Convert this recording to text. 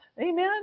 Amen